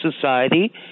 society